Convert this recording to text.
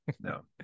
No